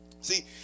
See